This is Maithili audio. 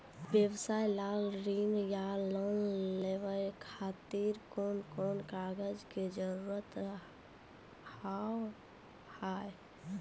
व्यवसाय ला ऋण या लोन लेवे खातिर कौन कौन कागज के जरूरत हाव हाय?